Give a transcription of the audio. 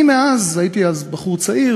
אני מוותר על עצמי.